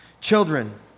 Children